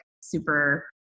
super